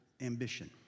ambition